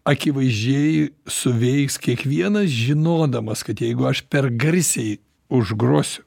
akivaizdžiai suveiks kiekvienas žinodamas kad jeigu aš per garsiai užgrosiu